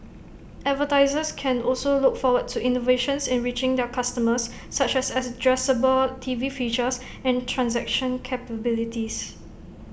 advertisers can also look forward to innovations in reaching their customers such as addressable TV features and transaction capabilities